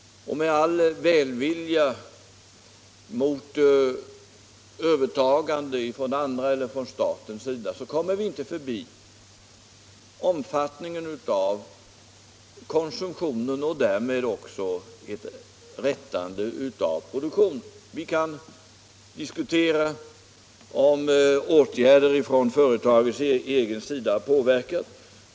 Med all välvilja mot övertagandet från andra företag eller från statens sida kommer vi inte förbi omfattningen av konsumtionen och därmed också ett rättande av produktionen. Vi kan diskutera om åtgärder från företagets egen sida medverkar.